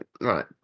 right